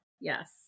Yes